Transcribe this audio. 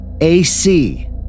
AC